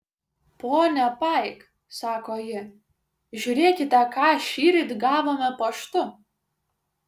ponia paik sako ji žiūrėkite ką šįryt gavome paštu